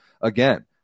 again